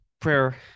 prayer